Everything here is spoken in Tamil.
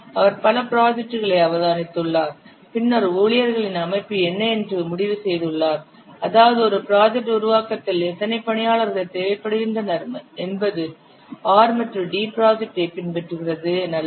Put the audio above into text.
அவர் பல ப்ராஜெக்டுகளை அவதானித்துள்ளார் பின்னர் ஊழியர்களின் அமைப்பு என்ன என்று முடிவு செய்துள்ளார் அதாவது ஒரு ப்ராஜெக்ட் உருவாக்கத்தில் எத்தனை பணியாளர்கள் தேவைப்படுகின்றனர் என்பது R மற்றும் D ப்ராஜெக்டை பின்பற்றுகிறது எனலாம்